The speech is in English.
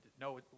no